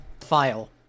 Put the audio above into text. file